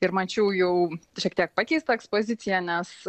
ir mačiau jau šiek tiek pakeist tą ekspoziciją nes